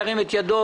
ירים את ידו.